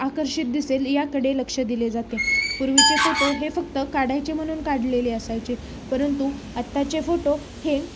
आकर्षित दिसेल याकडे लक्ष दिले जाते पूर्वीचे फोटो हे फक्त काढायचे म्हणून काढलेले असायचे परंतु आताचे फोटो हे